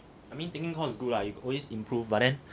I mean taking course is good ah you can always improve but then